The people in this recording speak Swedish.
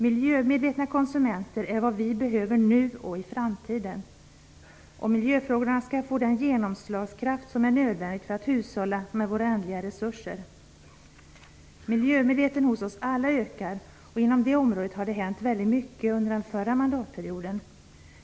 Miljömedvetna konsumenter är vad vi behöver nu och i framtiden, om miljöfrågorna skall få den genomslagskraft som är nödvändig för att man skall kunna hushålla med våra ändliga resurser. Miljömedvetenheten hos oss alla ökar, och inom det området har det hänt väldigt mycket under den förra mandatperioden.